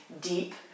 deep